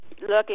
looking